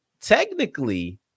technically